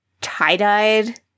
tie-dyed